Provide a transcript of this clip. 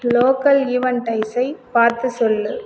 local ஈவண்ட்டைஸை பார்த்து சொல்